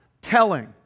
telling